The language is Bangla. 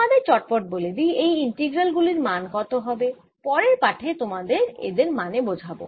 তোমাদের চটপট বলে দিই এই ইন্টগ্রাল গুলির মান কত হবে পরের পাঠে তোমাদের এদের মানে বোঝাব